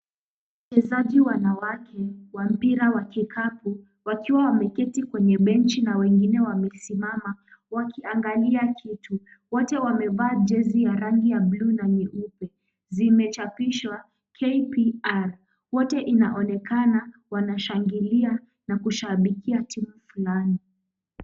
Wachezaji wanawake wa mpira wa kikapu wakiwa wameketi kwenye benchi na wengine wamesimama wakiangalia kitu. Wote wamevaa jezi ya rangi ya buluu na nyeupe. Zimechapishwa, KPR. Wote inaonekana wanashangilia na kushabikia timu fulani.